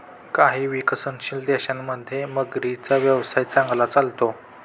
काही विकसनशील देशांमध्ये मगरींचा व्यवसाय चांगला चालतो